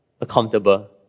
accountable